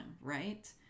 right